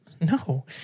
No